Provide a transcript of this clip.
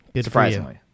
Surprisingly